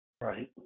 Right